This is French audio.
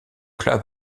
club